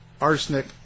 arsenic